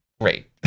great